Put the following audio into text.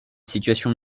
situation